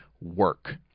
work